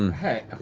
um hey!